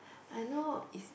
I know if